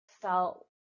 felt